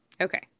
Okay